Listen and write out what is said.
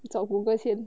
找 google 先